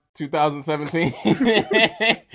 2017